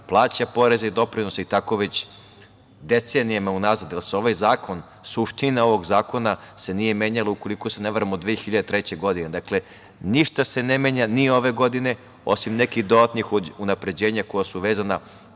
plaća poreze i doprinose i tako već decenijama unazad, jer suština ovog zakona se nije menjala ukoliko se ne varam, od 2003. godine. Dakle, ništa se ne menja ni ove godine, osim nekih dodatnih unapređenja koja su vezana,